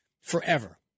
forever